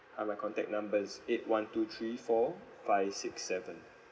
uh my contact number is eight one two three four five six seven